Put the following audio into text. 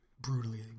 brutally